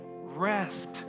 rest